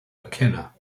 mckenna